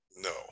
No